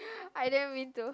I didn't mean to